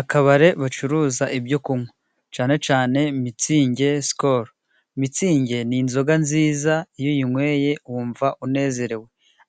Akabare bacuruza ibyo kunywa cyane cyane mitsinge ,sikolo. Mitsinge ni inzoga nziza iyo uyinyweye wumva unezerewe